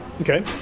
Okay